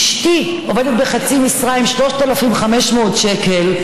אשתי עובדת בחצי משרה ב-3,500 שקל.